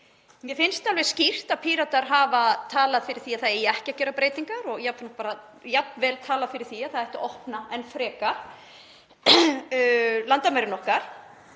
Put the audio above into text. Mér finnst alveg skýrt að Píratar hafa talað fyrir því að það eigi ekki að gera breytingar og jafnvel talað fyrir því að það ætti að opna enn frekar landamærin okkar.